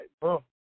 Bro